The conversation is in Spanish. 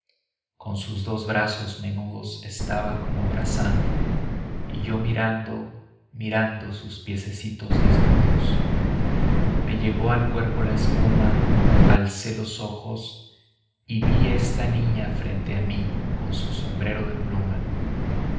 con sus dos brazos menudos estaba como abrazando y yo mirando mirando sus piececitos desnudos me llegó al cuerpo la espuma alcé los ojos y vi esta niña frente a mí con su sombrero de pluma